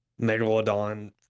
Megalodon